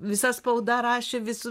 visa spauda rašė visu